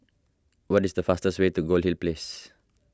what is the faster way to Goldhill Place